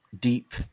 deep